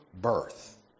birth